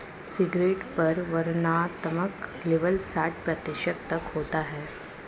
cigarette पर वर्णनात्मक label साठ प्रतिशत तक होता है